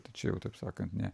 tačiau taip sakant ne